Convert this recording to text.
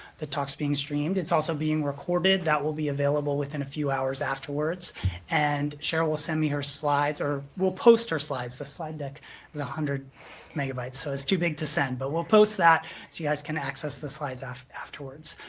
the talk's being streamed. it's also being recorded. that will be available within a few hours afterwards and cheryl will send me her slides or we'll post her slides. the slide deck is a hundred megabytes. so, it's too big to send, but we'll post that so you guys can access the slides afterwards.